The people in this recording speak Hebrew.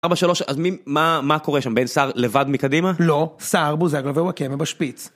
4-3 אז מי, מה קורה שם? בן סער לבד מקדימה? לא, סער, בוזגלו וואקמה בשפיץ.